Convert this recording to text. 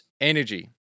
energy